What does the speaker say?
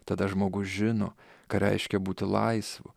tada žmogus žino ką reiškia būti laisvu